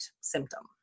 symptom